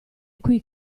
qui